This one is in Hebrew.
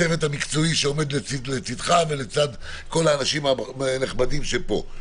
הצוות המקצועי שעומד לצידך ולצד כל האנשים הנחמדים שפה,